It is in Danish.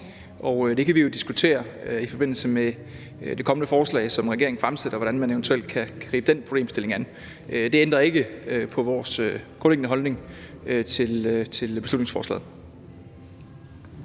det kan vi jo diskutere i forbindelse med det kommende forslag, som regeringen fremsætter, altså hvordan man eventuelt kan gribe den problemstilling an. Det ændrer ikke på vores grundlæggende holdning til beslutningsforslaget.